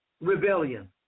Rebellion